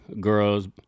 girls